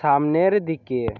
সামনের দিকে